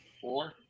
four